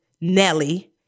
Nelly